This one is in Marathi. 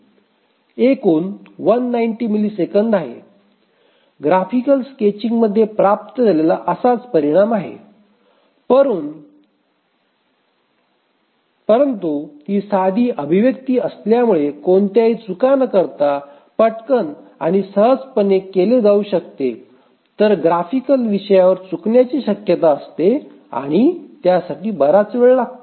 एकूण १९० मिलिसेकंद आहे ग्राफिकल स्केचिंगमध्ये प्राप्त झालेला असाच परिणाम आहे परंतु हे साधे अभिव्यक्ती असल्यामुळे कोणत्याही चुका न करता पटकन आणि सहजपणे केले जाऊ शकते तर ग्राफिकल विषयावर चुकण्याची शक्यता असते आणि त्यासाठी बराच वेळ लागतो